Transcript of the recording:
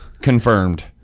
confirmed